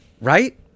right